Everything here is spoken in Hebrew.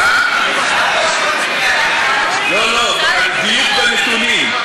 לא, לא, על דיוק בנתונים.